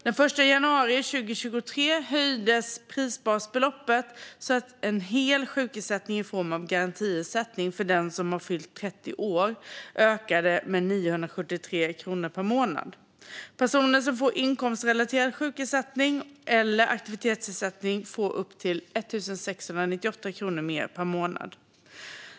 Den 1 januari 2023 höjdes prisbasbeloppet så att hel sjukersättning i form av garantiersättning för den som har fyllt 30 år ökade med 973 kronor per månad. Personer som får inkomstrelaterad sjukersättning eller aktivitetsersättning får upp till 1 698 kronor mer per månad.